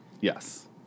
Yes